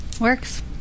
Works